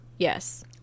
Yes